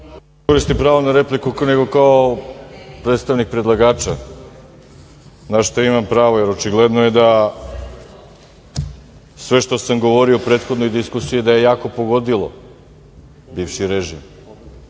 koristim pravo na repliku, nego kao predstavnik predlagača, na šta imam pravo, jer očigledno je da sve što sam govorio u prethodnoj diskusiji da je jako pogodilo bivši režim